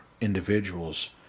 individuals